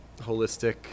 holistic